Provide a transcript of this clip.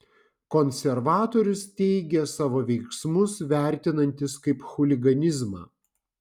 konservatorius teigė savo veiksmus vertinantis kaip chuliganizmą